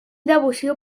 devoció